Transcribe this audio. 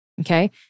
Okay